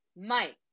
Mike